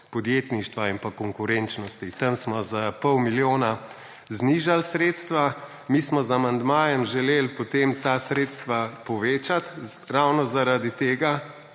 podjetništva in konkurenčnosti. Tam smo za pol milijona znižali sredstva. Mi smo z amandmajem želeli potem ta sredstva povečati ravno zaradi tega,